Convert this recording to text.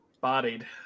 Bodied